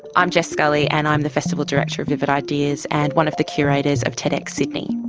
i'm jess scully and i'm the festival director of vivid ideas and one of the curators of tedx sydney.